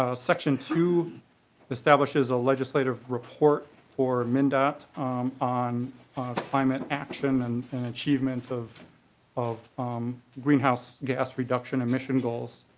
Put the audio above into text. ah section two establishes a legislative report for mn and it on climate action and and achievement of of greenhouse gas reduction and mission goals.